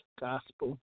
Gospel